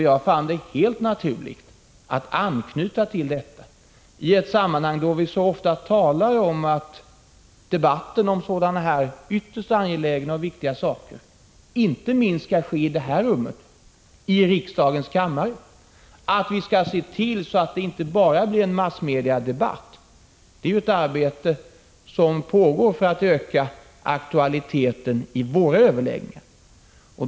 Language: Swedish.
Jag fann det helt naturligt att anknyta till detta i ett sammanhang då vi så ofta talar om att debatten om angelägna och aktuella saker inte minst skall ske i det här rummet, i riksdagens kammare, att vi skall se till att det inte bara blir en debatt i massmedia. Det pågår ett arbete för att öka aktualiteten i våra överläggningar.